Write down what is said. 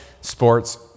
sports